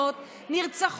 צודק.